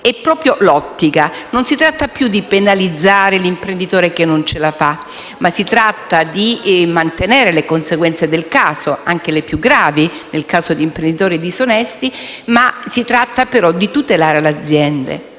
è proprio l'ottica: non si tratta più di penalizzare l'imprenditore che non ce la fa, ma di mantenere le conseguenze del caso (anche le più gravi, nel caso di imprenditori disonesti) e al contempo di tutelare le aziende